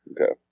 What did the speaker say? Okay